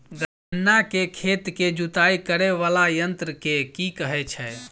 गन्ना केँ खेत केँ जुताई करै वला यंत्र केँ की कहय छै?